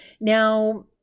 Now